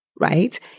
right